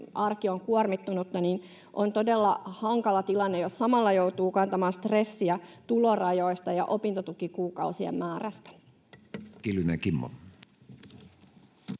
arki on kuormittunutta, on todella hankala tilanne, jos samalla joutuu kantamaan stressiä tulorajoista ja opintotukikuukausien määrästä. [Speech